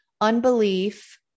unbelief